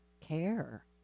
Care